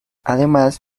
además